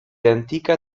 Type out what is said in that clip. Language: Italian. antica